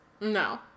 No